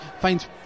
finds